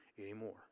anymore